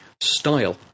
Style